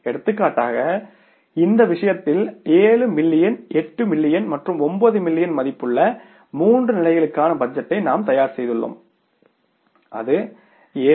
எடுத்துக்காட்டாக இந்த விஷயத்தில் 7 மில்லியன் 8 மில்லியன் மற்றும் 9 மில்லியன் மதிப்புள்ள மூன்று நிலைகளுக்கான பட்ஜெட்டை நாம் தயார் செய்துள்ளோம் அது 7